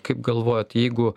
kaip galvojat jeigu